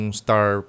star